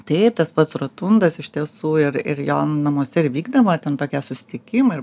taip tas pats rotundas iš tiesų ir ir jo namuose ir vykdavo ten tokie susitikimai ir